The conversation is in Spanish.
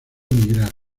emigrar